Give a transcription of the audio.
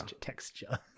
Texture